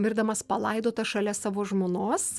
mirdamas palaidotas šalia savo žmonos